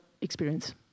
experience